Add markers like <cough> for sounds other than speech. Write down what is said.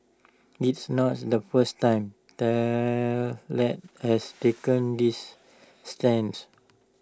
it's not <noise> the first time Tesla has taken this stance